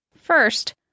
First